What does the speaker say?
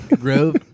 Grove